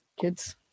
kids